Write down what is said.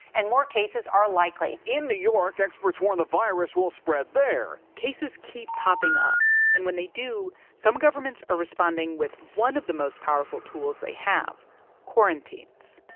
and more cases are likely in new york, experts warn the virus will spread there cases keep popping up. and when they do, some governments are responding with one of the most powerful tools they have quarantines.